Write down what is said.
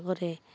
ଘରେ